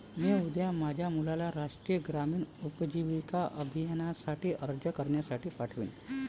मी उद्या माझ्या मुलाला राष्ट्रीय ग्रामीण उपजीविका अभियानासाठी अर्ज करण्यासाठी पाठवीन